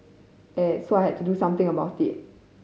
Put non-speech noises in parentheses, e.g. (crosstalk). (hesitation) so I had to do something about it